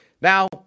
Now